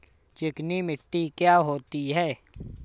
चिकनी मिट्टी क्या होती है?